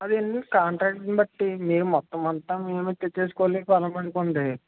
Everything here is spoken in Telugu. మాదండి కాంట్రాక్ట్ ని బట్టి మేము మొత్తం అంతా మేమే తెచ్చేసుకోవాలి కొన్నామనుకోండి